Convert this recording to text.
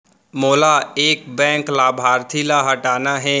मोला एक बैंक लाभार्थी ल हटाना हे?